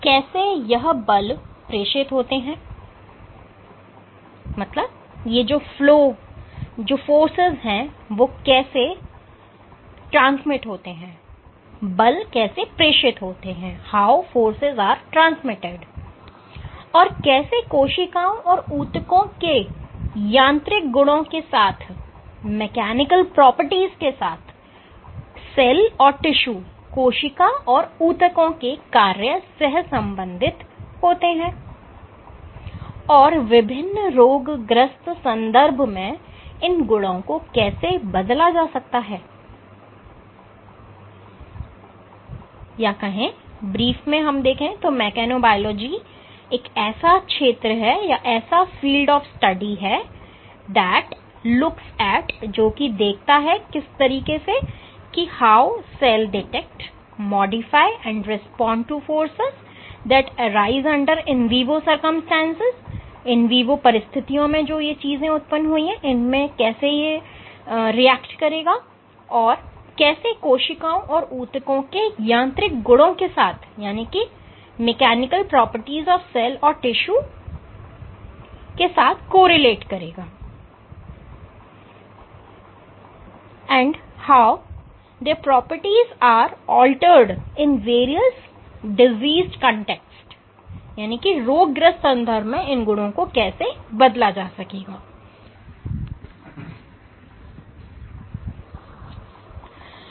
कैसे यह बल प्रेषित होते हैं और कैसे कोशिकाओं और ऊतकों के यांत्रिक गुणों के साथ कोशिका और ऊतकों के कार्य सहसंबंधित होते हैंऔर विभिन्न रोग ग्रस्त संदर्भ में इन गुणों को कैसे बदला जा सकता है